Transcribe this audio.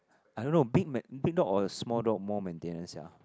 I don't know big big dog or a small dog more maintenance sia